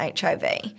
HIV